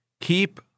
keep